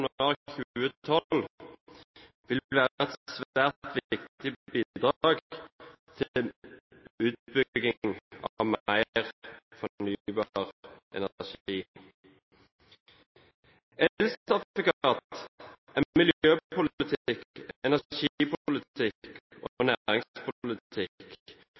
januar 2012 vil være et svært viktig bidrag til utbygging av mer fornybar energi. Elsertifikat er miljøpolitikk, energipolitikk og